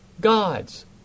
God's